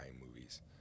movies